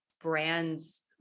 brands